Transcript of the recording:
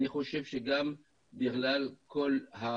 אני חושב שזה בגלל ציונות